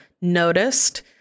noticed